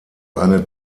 eine